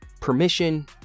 permission